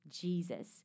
Jesus